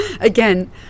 again